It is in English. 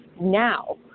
now